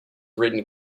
written